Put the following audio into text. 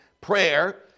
Prayer